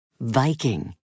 Viking